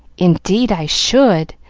indeed i should!